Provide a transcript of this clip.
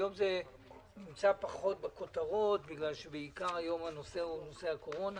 היום זה נמצא פחות בכותרות בגלל שהנושא הוא בעיקר הקורונה,